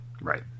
Right